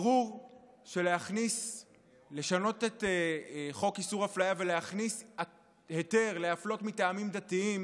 ברור שלשנות את חוק איסור אפליה ולהכניס היתר להפלות מטעמים דתיים